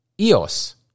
EOS